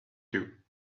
you